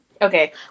Okay